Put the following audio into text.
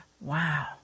Wow